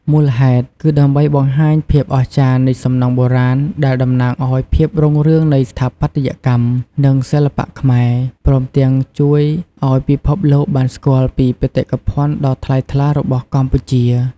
មូលហេតុ គឺដើម្បីបង្ហាញភាពអស្ចារ្យនៃសំណង់បុរាណ ដែលតំណាងឲ្យភាពរុងរឿងនៃស្ថាបត្យកម្ម និងសិល្បៈខ្មែរ ព្រមទាំងជួយឲ្យពិភពលោកបានស្គាល់ពីបេតិកភណ្ឌដ៏ថ្លៃថ្លារបស់កម្ពុជា។